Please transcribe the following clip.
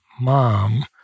mom